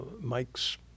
Mike's